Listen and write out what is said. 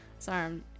Sorry